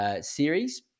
Series